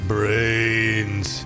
Brains